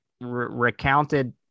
recounted